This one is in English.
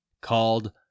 called